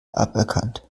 aberkannt